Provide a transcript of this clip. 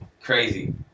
Crazy